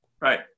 Right